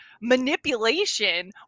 manipulation